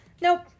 Nope